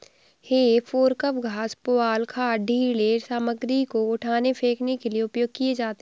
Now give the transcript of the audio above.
हे fork घास, पुआल, खाद, ढ़ीले सामग्री को उठाने, फेंकने के लिए उपयोग किए जाते हैं